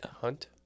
hunt